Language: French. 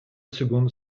seconde